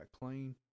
clean